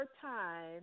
time